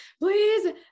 please